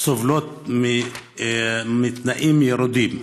סובלות מתנאים ירודים.